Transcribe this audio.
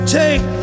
take